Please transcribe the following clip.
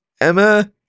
Emma